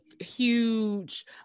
huge